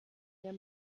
der